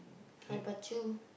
how about you